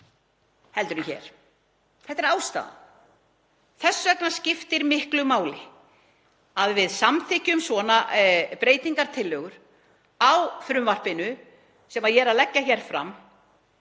ódýrara en hér. Þetta er ástæðan. Þess vegna skiptir miklu máli að við samþykkjum svona breytingartillögur á frumvarpinu sem ég er að leggja hér fram